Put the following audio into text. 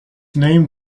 name